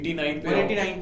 189